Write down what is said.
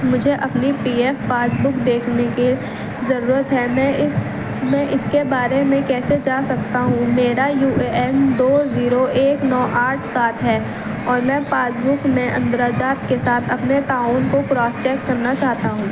مجھے اپنی P F passbook دیکھنے کی ضرورت ہے میں اس کے بارے میں کیسے جا سکتا ہوں میرا یو اے این دو زیرو ایک نو آٹھ سات ہے اور میں پاسبک میں اندراجات کے ساتھ اپنے تعاون کو کراس چیک کرنا چاہتا ہوں